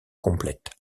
complètes